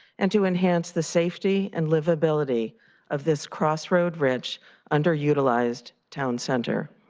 and to enhance the safety and livability of this crossroad ridge underutilized town center.